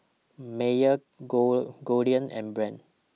Mayer Gold Goldlion and Brand's